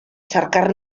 cercar